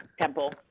Temple